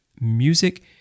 music